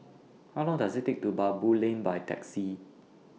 How Long Does IT Take to get to Baboo Lane By Taxi